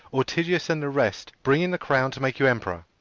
ortygius and the rest bringing the crown to make you emperor!